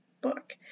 book